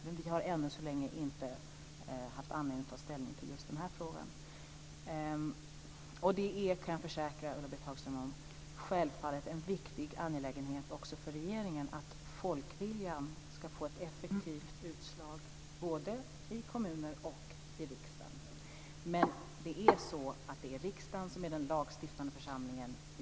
Men vi har än så länge inte haft anledning att ta ställning till just den här frågan. Och jag kan försäkra Ulla-Britt Hagström att det självfallet är en viktig angelägenhet också för regeringen att folkviljan ska få ett effektivt utslag både i kommuner och i riksdagen. Men det är riksdagen som är den lagstiftande församlingen i